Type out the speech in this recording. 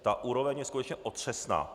Ta úroveň je skutečně otřesná.